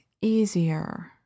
easier